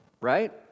Right